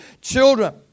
children